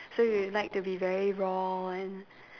so you like to be very raw and